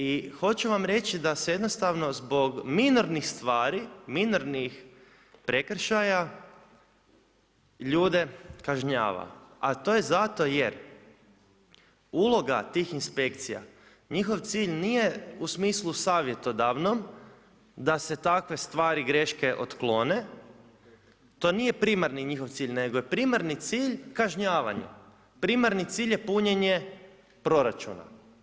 I hoću vam reći da se jednostavno zbog minornih stvari, minornih prekršaja ljude kažnjava a to je zato jer uloga tih inspekcija, njihov cilj nije u smislu savjetodavnom da se takve stvari, greške otklone, to nije primarni njihov cilj nego je primarni cilj kažnjavanje, primarni cilj je punjenje proračuna.